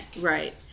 Right